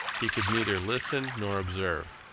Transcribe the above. he could neither listen nor observe.